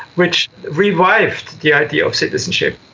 which revived the idea of citizenship.